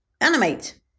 animate